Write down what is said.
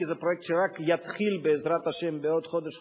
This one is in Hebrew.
כי זה פרויקט שרק יתחיל בעזרת השם בעוד חודש,